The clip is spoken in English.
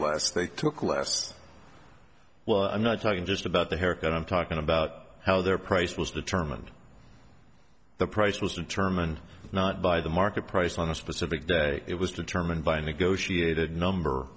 less they took less well i'm not talking just about the haircut i'm talking about how their price was determined the price was determined not by the market price on a specific day it was determined by a negotiated number